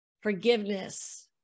forgiveness